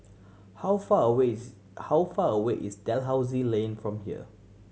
how far away is how far away is Dalhousie Lane from here